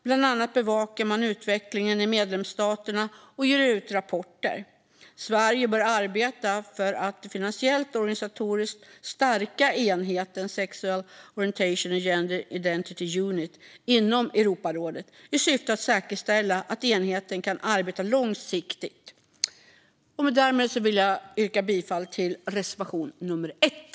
Bland annat bevakar man utvecklingen i medlemsstaterna och ger ut rapporter. Sverige bör arbeta för att finansiellt och organisatoriskt stärka enheten Sexual Orientation and Gender Identity Unit inom Europarådet i syfte att säkerställa att enheten kan arbeta långsiktigt. Därmed vill jag yrka bifall till reservation nummer 1.